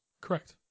Correct